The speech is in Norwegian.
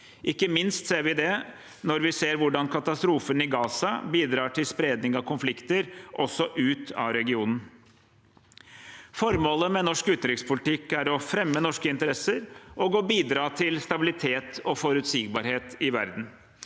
Ikke minst ser vi det når vi ser hvordan katastrofen i Gaza bidrar til spredning av konflikter også ut av regionen. Formålet med norsk utenrikspolitikk er å fremme norske interesser og å bidra til stabilitet og forutsigbarhet i verden.